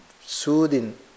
soothing